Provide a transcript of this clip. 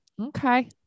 Okay